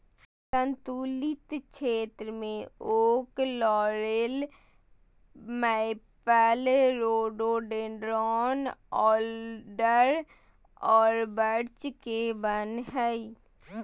सन्तुलित क्षेत्र में oak, laurel, maple, rhododendron, alder और बर्च के वन हइ